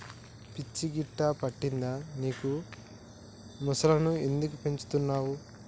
పిచ్చి గిట్టా పట్టిందా నీకు ముసల్లను ఎందుకు పెంచుతున్నవ్